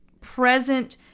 present